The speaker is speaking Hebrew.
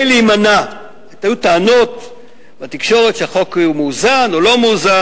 היו טענות בתקשורת שהחוק הוא מאוזן או לא מאוזן,